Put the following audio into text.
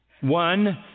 One